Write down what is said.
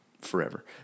forever